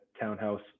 townhouse